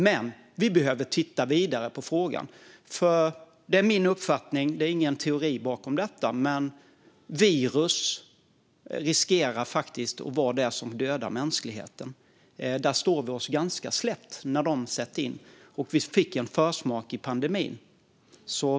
Men vi behöver titta vidare på frågan. Min uppfattning är nämligen - det är ingen teori bakom detta - att virus riskerar att vara det som dödar mänskligheten. Vi står oss ganska slätt när de sätter in. Vi fick en försmak av det under pandemin.